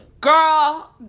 girl